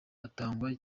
atangwa